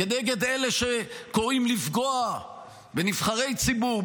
כנגד אלה שקוראים לפגוע בנבחרי ציבור,